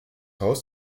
haus